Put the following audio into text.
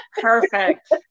perfect